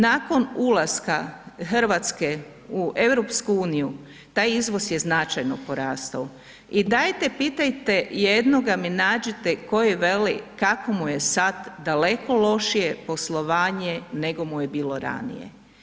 Nakon ulaska Hrvatske u EU taj izvoz je značajno porastao i dajte pitajte, jednoga mi nađite koji veli kako mu je sad daleko lošije poslovanje nego mu je bilo ranije.